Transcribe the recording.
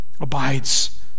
abides